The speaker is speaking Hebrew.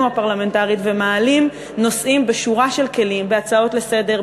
הפרלמנטרית ומעלים נושאים בשורה של כלים: בהצעות לסדר,